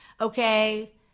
okay